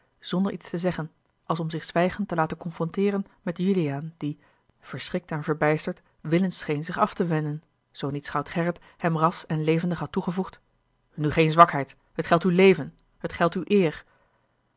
zonder iets te zeggen als om zich zwijgend te laten confronteeren met juliaan die verschrikt en verbijsterd willens scheen zich af te wenden zoo niet schout gerrit hem ras en levendig had toegevoegd nu geene zwakheid het geldt uw leven het geldt uwe eer